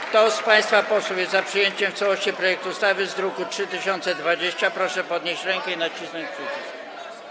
Kto z państwa posłów jest za przyjęciem w całości projektu ustawy z druku nr 3020, proszę podnieść rękę i nacisnąć przycisk.